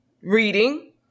reading